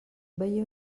veié